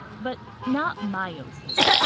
but not meiosis.